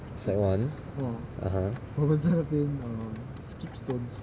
secondary one (uh huh)